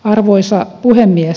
arvoisa puhemies